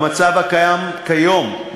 במצב הקיים כיום,